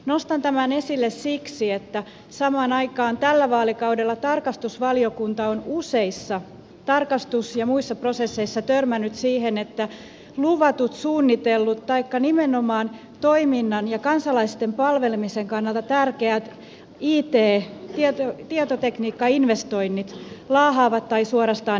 nostan tämän esille siksi että samaan aikaan tällä vaalikaudella tarkastusvalio kunta on useissa tarkastus ja muissa prosesseissa törmännyt siihen että luvatut suunnitellut taikka nimenomaan toiminnan ja kansalaisten palvelemisen kannalta tärkeät it tietotekniikkainvestoinnit laahaavat tai suorastaan epäonnistuvat